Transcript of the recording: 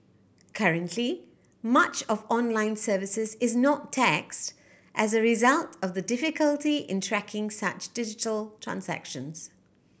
currently much of online services is not taxed as a result of the difficulty in tracking such digital transactions